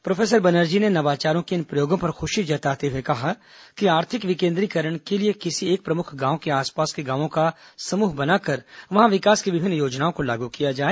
professor Banerjee ने नवाचारों के इन प्रयोगों पर खुशी जताते हुए कहा कि आर्थिक विकेन्द्रीकरण के लिए किसी एक प्रमुख गांव के आसपास के गांवों का समूह बनाकर वहां विकास की विभिन्न योजनाओं को लागू किया जाए